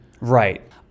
Right